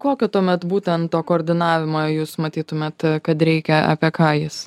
kokio tuomet būtent to koordinavimo jūs matytumėt kad reikia apie ką jis